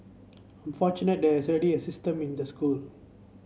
I'm fortunate there is already a system in the school